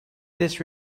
this